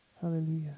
Hallelujah